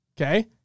okay